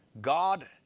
God